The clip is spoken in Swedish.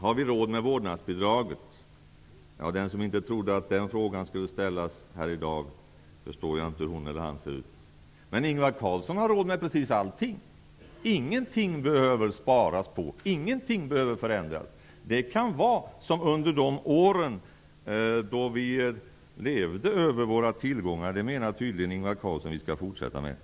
Har vi råd med vårdnadsbidraget? Det kan inte ha funnits någon som inte trodde att den frågan skulle ställas här i dag. Men Ingvar Carlsson har råd med precis allting. Man behöver inte spara in på något eller förändra något. Allt kan vara som under de åren då vi levde över våra tillgångar. Ingvar Carlsson menar tydligen att vi skall fortsätta med det.